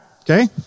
okay